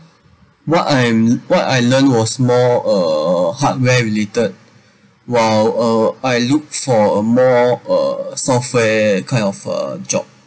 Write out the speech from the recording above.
what I'm what I learnt was more uh hardware related while uh I look for a more uh software kind of a job